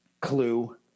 Clue